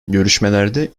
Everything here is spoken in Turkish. görüşmelerde